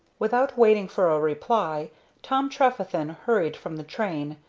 without waiting for a reply tom trefethen hurried from the train,